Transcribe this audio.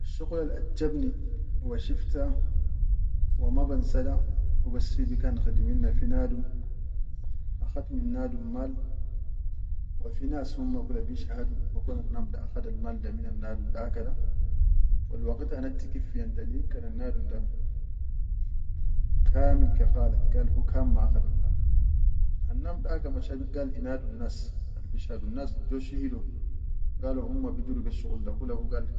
Asshuqulal ajjabni wa shifta wa ma bansa da hubas fi bikan khidimit na fi nadum, akhat min nadum mal wa fi nas humma kula bishhado bikun anam da akhad mal minnal nadum da ka da, wal waqit hanal tikiffi yomta lig, kan nadum da kamil ke kalat gal hurkan ma akhadal mal da, anam nas jo shihido galo humma bidiru beshuqul da kula hu gal.